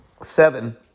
seven